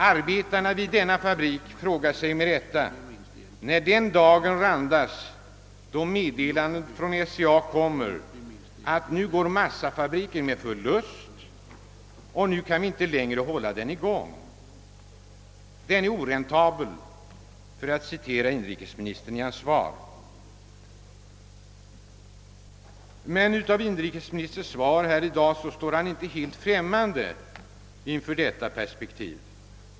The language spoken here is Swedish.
Arbetarna vid denna fabrik frågar sig med rätta när den dagen randas då ett meddelande från SCA kommer att nu går massafabriken med förlust, nu kan vi inte längre hålla den i gång — den är oräntabel. Av inrikesministerns svar i dag att döma står han inte helt främmande för detta perspektiv.